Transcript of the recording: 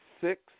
six